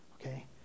Okay